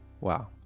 Wow